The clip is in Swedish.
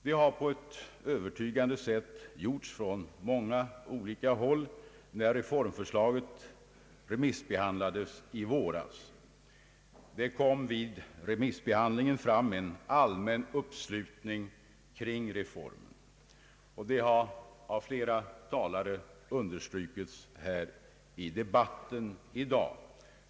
Det har på ett övertygande sätt gjorts från många olika håll, när reformförslaget remissbehandlades i våras. Remissbehandlingen visade en allmän uppslutning kring reformen, och det har understrukits av flera talare i debatten i dag.